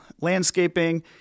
landscaping